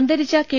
അന്തരിച്ച കെ